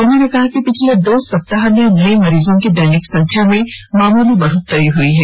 उन्होंने कहा कि पिछले दो सप्ताहों में नए मरीजों की दैनिक संख्या में मामूली बढोतरी हई है